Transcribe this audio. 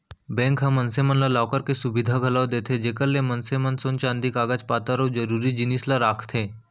bank ह मनसे मन ला लॉकर के सुबिधा घलौ देथे जेकर ले मनसे मन सोन चांदी कागज पातर अउ जरूरी जिनिस ल राखथें